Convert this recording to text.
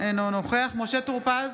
אינו נוכח משה טור פז,